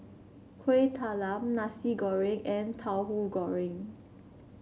Kuih Talam Nasi Goreng and Tauhu Goreng